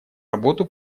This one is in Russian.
работу